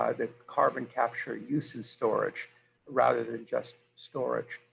the carbon capture uses storage rather than just storage,